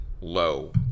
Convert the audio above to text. low